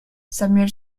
samuel